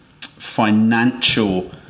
Financial